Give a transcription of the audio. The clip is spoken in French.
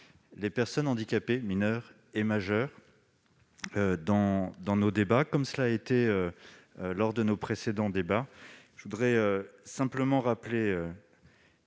les personnes handicapées, mineures et majeures, dans nos débats, comme cela a été le cas lors de nos précédentes discussions. Je voudrais simplement rappeler